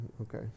Okay